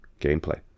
gameplay